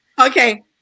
Okay